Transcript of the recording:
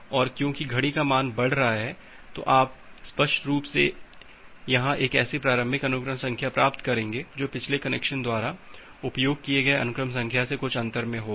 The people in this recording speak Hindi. और क्योंकि घड़ी का मान बढ़ रहा है तो आप स्पष्ट रूप से यहां एक ऐसी प्रारंभिक अनुक्रम संख्या प्राप्त करेंगे जो पिछले कनेक्शन द्वारा उपयोग किये गए अनुक्रम संख्या से कुछ अंतर मे होगा